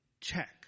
check